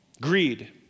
greed